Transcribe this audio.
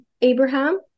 Abraham